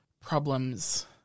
problems